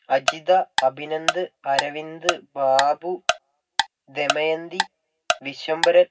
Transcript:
Ajitha Abhinand Aravind Babu Damayanthi Vishwambharan